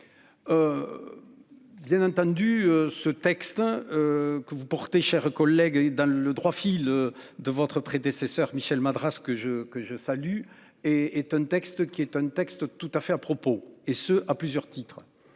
Bien entendu ce texte. Que vous portez chers collègues dans le droit fil de votre prédécesseur, Michel Madrasse que je que je salue et est un texte qui est un texte tout à fait à propos et ce à plusieurs titres.